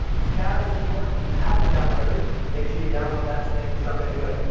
fabulous report if you haven't downloaded it, make sure you download that today and jump into it.